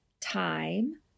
time